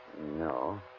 No